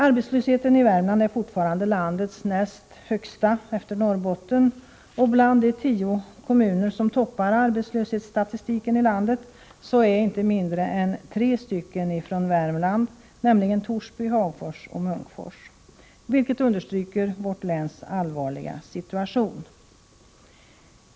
Arbetslösheten i Värmland är fortfarande den näst högsta i landet efter Norrbotten, och bland de tio kommuner som toppar arbetslöshetsstatistiken i landet finns inte mindre än tre i Värmland, nämligen Torsby, Hagfors och Munkfors, vilket understryker vårt läns allvarliga situation.